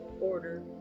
order